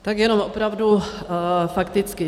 Tak jenom opravdu fakticky.